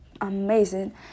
amazing